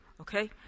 okay